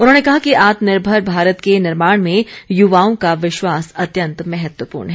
उन्होंने कहा कि आत्मनिर्भर भारत के निर्माण में युवाओं का विश्वास अत्यन्त महत्वपूर्ण है